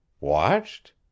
Watched